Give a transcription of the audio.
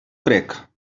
crec